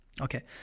Okay